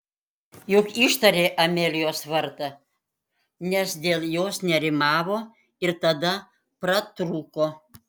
juk ištarė amelijos vardą nes dėl jos nerimavo ir tada pratrūko